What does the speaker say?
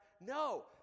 No